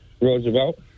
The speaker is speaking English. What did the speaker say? roosevelt